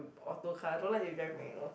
auto car I don't like to drive manual